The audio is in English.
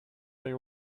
they